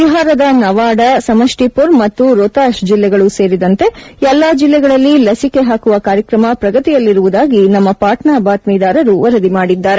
ಬಿಹಾರದ ನವಾಡ ಸಮಷ್ಟಿಮರ್ ಮತ್ತು ರೊತಾಶ್ ಜಿಲ್ಲೆಗಳು ಸೇರಿದಂತೆ ಎಲ್ಲ ಜಿಲ್ಲೆಗಳಲ್ಲಿ ಲಸಿಕೆ ಹಾಕುವ ಕಾರ್ಯಕ್ರಮ ಪ್ರಗತಿಯಲ್ಲಿರುವುದಾಗಿ ನಮ್ಮ ಪಾಟ್ನಾ ಬಾತ್ಮೀದಾರರು ವರದಿ ಮಾಡಿದ್ದಾರೆ